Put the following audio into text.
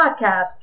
podcast